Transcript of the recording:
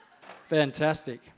Fantastic